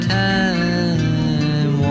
time